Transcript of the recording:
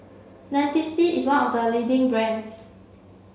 Dentiste is one of the leading brands